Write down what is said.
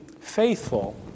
faithful